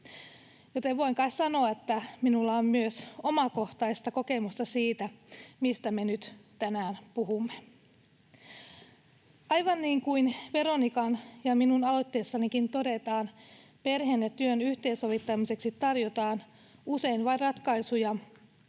joten voin kai sanoa, että minulla on myös omakohtaista kokemusta siitä, mistä me nyt tänään puhumme. Aivan niin kuin Veronikan ja minun aloitteessakin todetaan, perheen ja työn yhteensovittamiseksi tarjotaan usein vain sellaisia